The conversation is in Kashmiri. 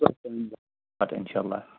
پَتہٕ اِنشاء اللہ